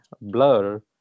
blur